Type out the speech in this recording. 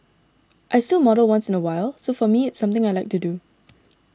I still model once in a while so for me it's something I like to do